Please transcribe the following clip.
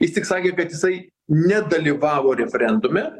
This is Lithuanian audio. jis tik sakė kad jisai nedalyvavo referendume